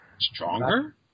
Stronger